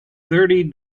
thirty